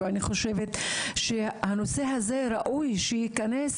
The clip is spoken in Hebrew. אני חושבת שהנושא הזה ראוי שייכנס